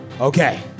Okay